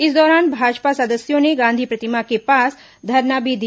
इस दौरान भाजपा सदस्यों ने गांधी प्रतिमा के पास धरना भी दिया